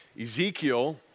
Ezekiel